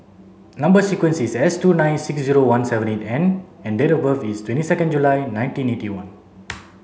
number sequence is S two nine six zero one seven eight N and date of birth is twenty second July nineteen eighty one